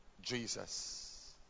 Jesus